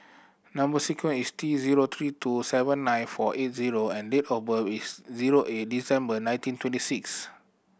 number sequence is T zero three two seven nine four eight zero and date of birth is zero eight December nineteen twenty six